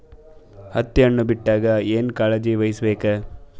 ಹತ್ತಿ ಹಣ್ಣು ಬಿಟ್ಟಾಗ ಏನ ಕಾಳಜಿ ವಹಿಸ ಬೇಕು?